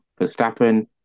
Verstappen